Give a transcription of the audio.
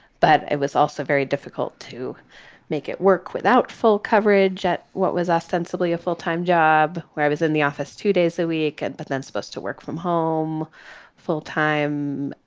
but it was also very difficult to make it work without full coverage at what was ostensibly a full time job, where i was in the office two days a week and but then supposed to work from home full time,